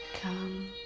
come